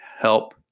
help